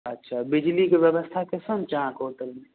अच्छा बिजलीके व्यवस्था केहन छै अहाँके होटलमे